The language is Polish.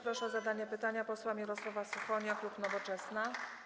Proszę o zadanie pytania posła Mirosława Suchonia, klub Nowoczesna.